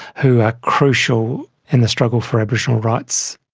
who are crucial in the struggle for aboriginal rights.